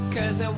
Cause